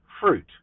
fruit